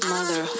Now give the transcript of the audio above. Mother